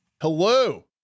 hello